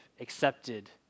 accepted